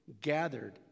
gathered